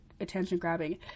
attention-grabbing